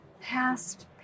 past